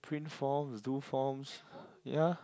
print forms do forms yeah